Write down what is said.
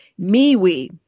MeWe